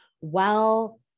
well-